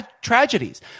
tragedies